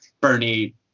Bernie